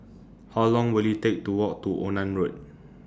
How Long Will IT Take to Walk to Onan Road